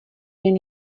jen